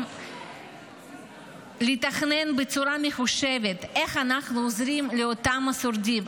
חייבים לתכנן בצורה מחושבת איך אנחנו עוזרים לאותם שורדים,